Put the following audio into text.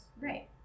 right